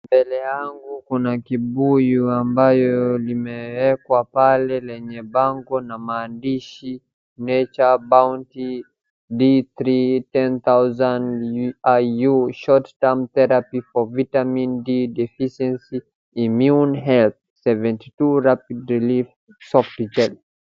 Mbele yangu kuna kibuyu ambayo imewekwa pale lenye bango na maandishi Nature's Bounty D3 1000 Iu short term therapy for vitamin D deficiency immune health 72 rapid for use softgel .